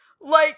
Like-